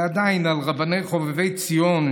ועדיין על רבני חובבי ציון,